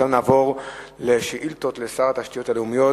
נעבור עכשיו לשאילתות לשר התשתיות הלאומיות.